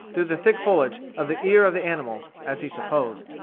through the thick foliage, of the ear of the animal as he supposed.